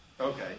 okay